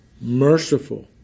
merciful